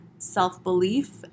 self-belief